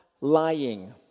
lying